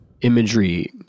Imagery